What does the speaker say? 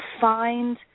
find